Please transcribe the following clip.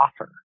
offer